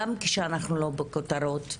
גם כשאנחנו לא בכותרות,